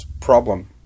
problem